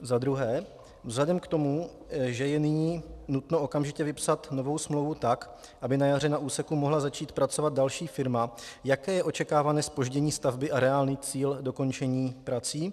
Za druhé: Vzhledem k tomu, že je nyní nutno okamžitě vypsat novou smlouvu tak, aby na jaře na úseku mohla začít pracovat další firma, jaké je očekávané zpoždění stavby a reálný cíl dokončení prací?